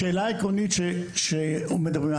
השאלה העקרונית שמדברים עליה.